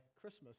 Christmas